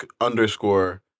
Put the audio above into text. underscore